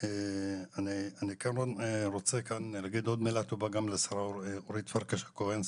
אני רוצה כאן להגיד עוד מילה טובה גם לשרה רונית פרקש הכהן,